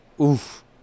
Oof